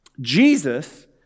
Jesus